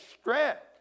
strength